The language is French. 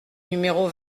numéro